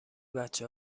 بچه